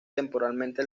temporalmente